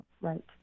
Right